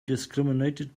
discriminated